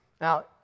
Now